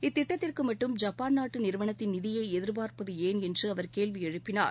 இத்திட்டத்திற்கு மட்டும் ஜப்பான் நாட்டு நிறுவனத்தின் நிதியை எதிர்பார்ப்பது ஏன் என்று அவர் கேள்வி எழுப்பினார்